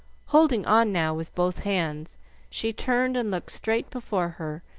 holding on now with both hands she turned and looked straight before her,